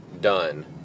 done